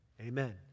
Amen